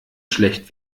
schlecht